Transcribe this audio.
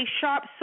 sharp